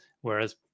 whereas